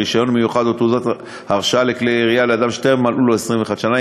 רישיון מיוחד או תעודת הרשאה לכלי ירייה לאדם שטרם מלאו לו 21 שנים.